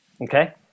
Okay